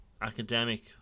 academic